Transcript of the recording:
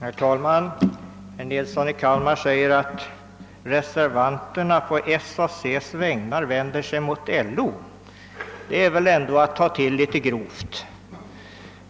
Herr talman! Herr Nilsson i Kalmar säger att reservanterna på SAC:s vägnar vänder sig mot LO. Det är väl ändå att ta till litet grovt.